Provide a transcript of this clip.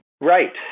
Right